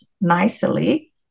nicely